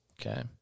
Okay